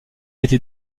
été